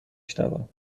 شنوم